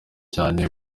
cyane